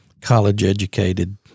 college-educated